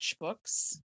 books